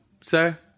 Sir